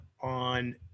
on